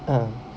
uh